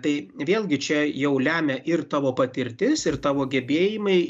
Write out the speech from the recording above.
tai vėlgi čia jau lemia ir tavo patirtis ir tavo gebėjimai